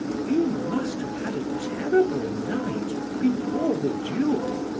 you must have had a terrible night before the duel!